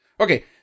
okay